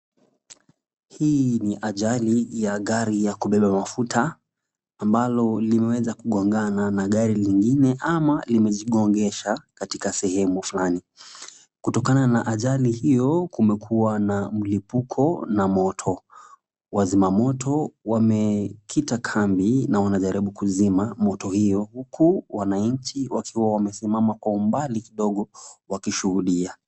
Hii ni ajali ya gari la kubeba mafuta ambalo limeweza kugongana na gari jingine, ama limejigongesha katika sehemu fulani. Kutokana na ajali hiyo, kumekuwa na mlipuko na moto. Wazima moto wamekita kambi na wanajaribu kuzima moto huo huku wananchi wakiwa wamesimama umbali kidogo, wakishuhudia.